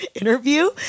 interview